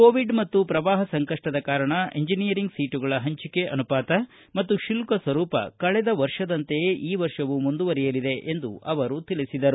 Covid ಮತ್ತು ಪ್ರವಾಹ ಸಂಕಷ್ಸದ ಕಾರಣ ಎಂಜನೀಯರಿಂಗ್ ಸೀಟುಗಳ ಪಂಚಿಕೆ ಅನುಪಾತ ಮತ್ತು ಶುಲ್ಲ ಸ್ವರೂಪ ಕಳೆದ ವರ್ಷದಂತೆಯೇ ಈ ವರ್ಷವೂ ಮುಂದುವರಿಯಲಿದೆ ಎಂದು ತಿಳಿಸಿದರು